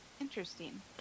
Interesting